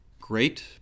great